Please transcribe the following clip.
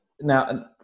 now